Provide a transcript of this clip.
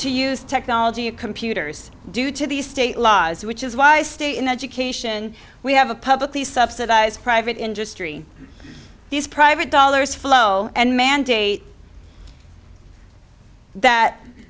to use technology computers due to these state laws which is why stay in the education we have a publicly subsidized private industry these private dollars follow and mandate that